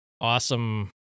awesome